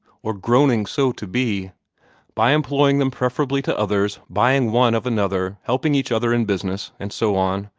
or groaning so to be by employing them preferably to others buying one of another helping each other in business' and so on.